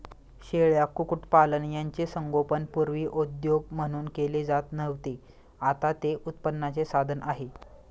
शेळ्या, कुक्कुटपालन यांचे संगोपन पूर्वी उद्योग म्हणून केले जात नव्हते, आता ते उत्पन्नाचे साधन आहे